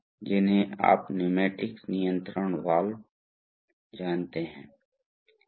इसलिए जैसा कि आप इसको अनुभागीय क्षेत्र में घुमाते हैं जिसके माध्यम से इस प्रवाह को निर्धारित किया जा सकता है यह पहली बात है